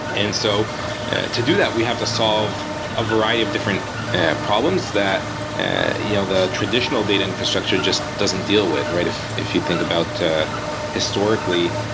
and so to do that, we have to solve a variety of different problems that you know the traditional data infrastructure just doesn't deal with, right? if if you think about the historically,